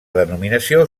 denominació